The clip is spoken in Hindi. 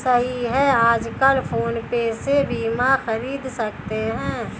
सही है आजकल फ़ोन पे से बीमा ख़रीद सकते हैं